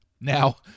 Now